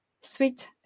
sweet